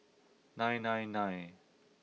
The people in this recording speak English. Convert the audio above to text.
nine nine nine